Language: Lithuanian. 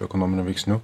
ekonominių veiksnių